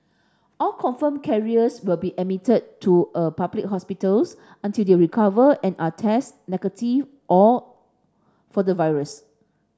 all confirmed carriers will be admitted to a public hospitals until they recover and are tested negative all for the virus